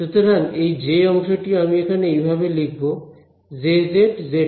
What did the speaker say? সুতরাং এই জে অংশটি আমি এখানে এভাবে লিখবো Jzzˆ